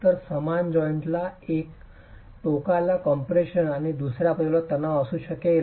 तर समान जॉइंट एका टोकाला कम्प्रेशन आणि दुसर्या बाजूला तणाव असू शकेल